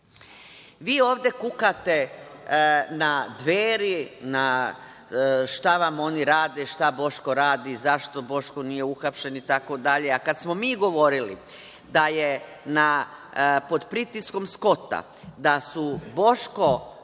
ovde kukate na Dveri, šta vam oni rade, šta Boško radi, zašto Boško nije uhapšen i tako dalje, a kada smo mi govorili, da je pod pritiskom Skota, da su Boško,